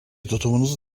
tutumunuz